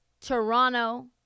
Toronto